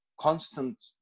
constant